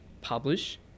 Publish